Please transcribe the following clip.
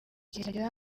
kiragera